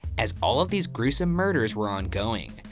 as all of these gruesome murders were ongoing,